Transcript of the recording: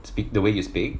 speak the way you speak